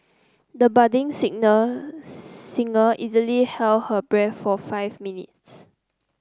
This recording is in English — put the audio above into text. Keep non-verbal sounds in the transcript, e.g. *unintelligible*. the budding *unintelligible* singer easily held her breath for five minutes